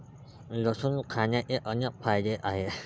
लसूण खाण्याचे अनेक फायदे आहेत